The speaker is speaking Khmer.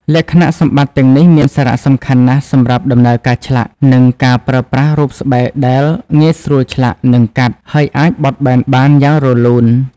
លក្ខណៈសម្បត្តិទាំងនេះមានសារៈសំខាន់ណាស់សម្រាប់ដំណើរការឆ្លាក់ និងការប្រើប្រាស់រូបស្បែកដែល ងាយស្រួលឆ្លាក់ និងកាត់ ហើយអាចបត់បែនបានយ៉ាងរលូន។